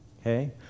Okay